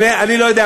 אני לא יודע,